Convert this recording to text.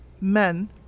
men